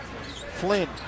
flynn